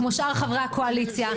כמו שאר חברי הקואליציה,